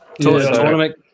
Tournament